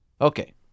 Okay